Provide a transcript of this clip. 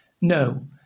No